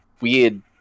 weird